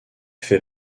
fait